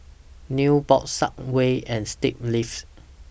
Nubox Subway and State Lives